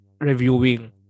reviewing